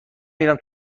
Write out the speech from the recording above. میرم